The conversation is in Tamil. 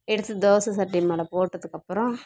எடுத்து தோசை சட்டி மேலே போட்டதுக்கப்புறம்